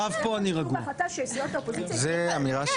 --- אני רוצה